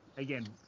Again